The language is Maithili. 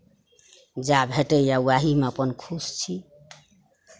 जएह भेटैए उएहीमे अपन खुश छी